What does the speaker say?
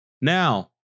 now